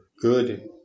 good